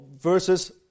versus